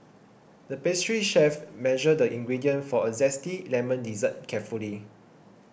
the pastry chef measured the ingredients for a Zesty Lemon Dessert carefully